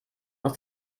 aus